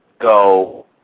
go